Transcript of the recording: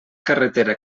carretera